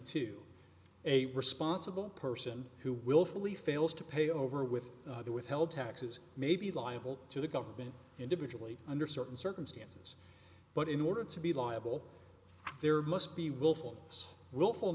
two a responsible person who willfully fails to pay over with their withheld taxes may be liable to the government individually under certain circumstances but in order to be liable there must be willful